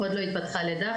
עוד לא התפתחה לידה,